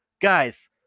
guys